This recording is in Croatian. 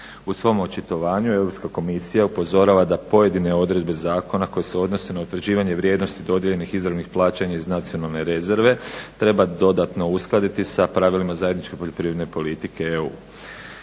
u Hrvatskom saboru u kojem upozorava da pojedine odredbe zakona koje se odnose na utvrđivanje vrijednosti dodijeljenih izvornih plaćanja iz nacionalne rezerve nisu usklađene s pravilima zajedničke poljoprivredne politike EU.